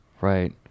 Right